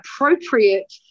appropriate